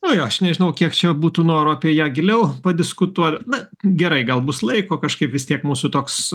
ai aš nežinau kiek čia būtų noro apie ją giliau padiskutuot na gerai gal bus laiko kažkaip vis tiek mūsų toks